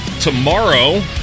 tomorrow